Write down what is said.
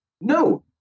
No